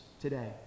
today